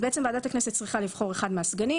ועדת הכנסת צריכה לבחור אחד מהסגנים.